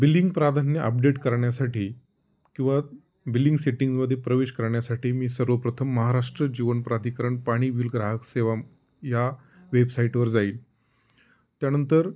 building प्राधान्य update करण्यासाठी किंवा बिल्लिंग सेटिंग्जमध्ये प्रवेश करण्यासाठी मी सर्वप्रथम महाराष्ट्र जीवनप्राधिकरण पाणी विल ग्राहक सेवा या वेबसाईटवर जाईल त्यानंतर